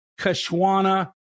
Kashwana